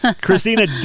Christina